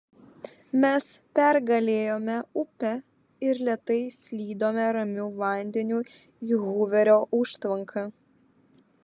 mes pergalėjome upę ir lėtai slydome ramiu vandeniu į huverio užtvanką